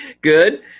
good